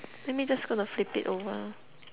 let me just gonna flip it over